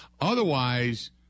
Otherwise